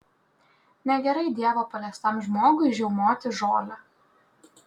negerai dievo paliestam žmogui žiaumoti žolę